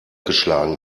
geschlagen